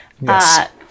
Yes